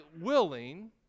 willing